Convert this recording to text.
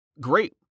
Great